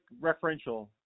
referential